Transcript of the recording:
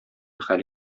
хәл